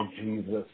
Jesus